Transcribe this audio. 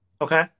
Okay